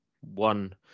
one